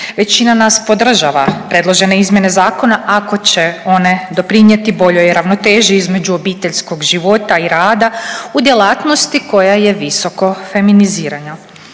Većina nas podržava predložene izmjene zakona ako će one doprinjeti boljoj ravnoteži između obiteljskog života i rada u djelatnosti koja je visoko feminizirana.